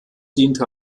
diente